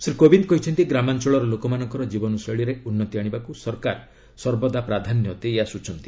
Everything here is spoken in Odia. ଶ୍ରୀ କୋବିନ୍ଦ କହିଛନ୍ତି ଗ୍ରାମାଞ୍ଚଳର ଲୋକମାନଙ୍କ ଜୀବନଶୈଳୀରେ ଉନ୍ନତି ଆଣିବାକୁ ସରକାର ସର୍ବଦା ପ୍ରାଧାନ୍ୟ ଦେଇଆସୁଛନ୍ତି